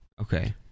Okay